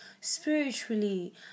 spiritually